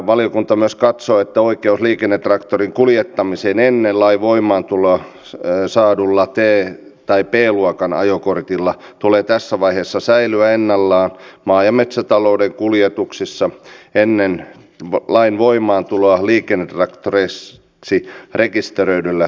valiokunta myös katsoo että oikeuden liikennetraktorin kuljettamiseen ennen lain voimaantuloa saadulla t tai b luokan ajokortilla tulee tässä vaiheessa säilyä ennallaan maa ja metsätalouden kuljetuksissa ennen lain voimaantuloa liikennetraktoreiksi rekisteröidyillä traktoreilla